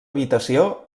habitació